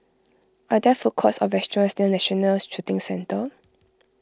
are there food courts or restaurants near National Shooting Centre